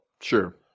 Sure